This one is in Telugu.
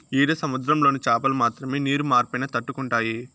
ఈడ సముద్రంలోని చాపలు మాత్రమే నీరు మార్పైనా తట్టుకుంటాయి